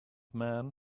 man